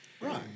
Right